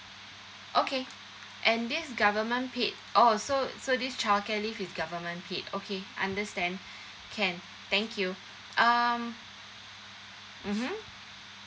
okay and this government paid oh so so this childcare leave is government paid okay understand can thank you um mmhmm